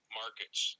markets